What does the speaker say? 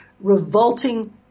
revolting